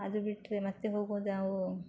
ಅದು ಬಿಟ್ಟರೆ ಮತ್ತೆ ಹೋಗೋದು ನಾವು